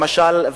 למשל,